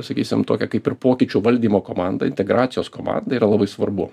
sakysim tokią kaip ir pokyčių valdymo komandą integracijos komandą yra labai svarbu